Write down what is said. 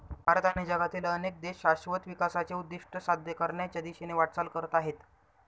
भारत आणि जगातील अनेक देश शाश्वत विकासाचे उद्दिष्ट साध्य करण्याच्या दिशेने वाटचाल करत आहेत